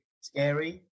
scary